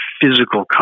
physical